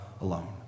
alone